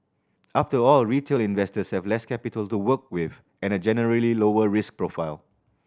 after all retail investors have less capital to work with and a generally lower risk profile